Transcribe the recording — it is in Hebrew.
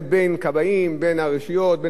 התנקזו לתוך הוועדה ולא הגיעו להסכמה.